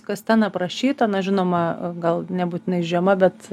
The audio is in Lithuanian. kas ten aprašyta na žinoma gal nebūtinai žiema bet